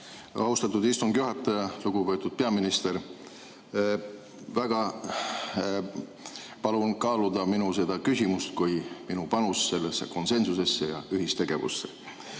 austatud istungi juhataja! Lugupeetud peaminister! Ma väga palun kaaluda seda minu küsimust kui minu panust sellesse konsensusesse ja ühistegevusse.